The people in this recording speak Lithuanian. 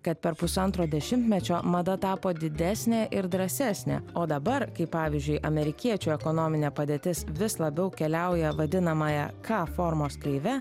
kad per pusantro dešimtmečio mada tapo didesnė ir drąsesnė o dabar kai pavyzdžiui amerikiečių ekonominė padėtis vis labiau keliauja vadinamąją ka formos kreive